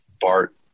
BART